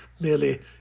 merely